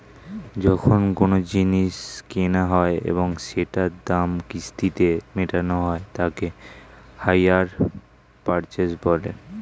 যখন কোনো জিনিস কেনা হয় এবং সেটার দাম কিস্তিতে মেটানো হয় তাকে হাইয়ার পারচেস বলে